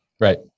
Right